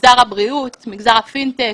מגזר הבריאות, מגזר הפינטק,